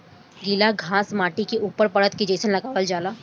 गिला घास माटी के ऊपर परत के जइसन लगावल जाला